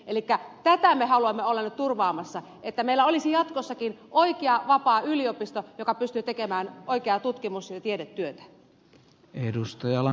elikkä tätä me haluamme olla nyt turvaamassa että meillä olisi jatkossakin oikea vapaa yliopisto joka pystyy tekemään oikeaa tutkimus ja tiedetyötä